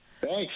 Thanks